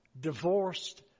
divorced